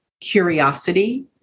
curiosity